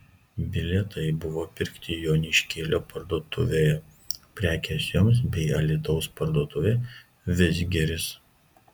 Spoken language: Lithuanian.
bilietai buvo pirkti joniškėlio parduotuvėje prekės jums bei alytaus parduotuvėje vidzgiris